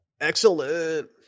Excellent